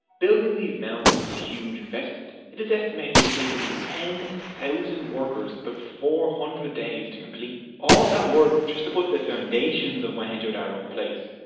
buildings these mounds was a huge investment. it is estimated to have taken ten thousand workers about four hundred days to complete. all that work just to put the foundations of mohenjo-daro um down.